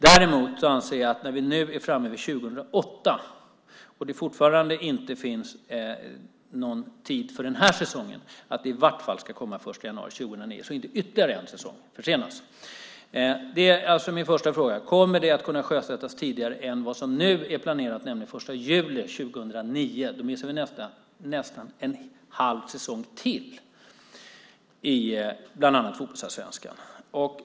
Däremot anser jag att när vi nu är framme vid 2008 och det fortfarande inte finns någon tid den här säsongen, att det i vart fall ska komma den 1 januari 2009 så att inte ytterligare en säsong försenas. Det är alltså min första fråga: Kommer detta att kunna sjösättas tidigare än den 1 juli 2009 som nu är planerat? Då missar vi nästan en halv säsong till i bland annat fotbollsallsvenskan.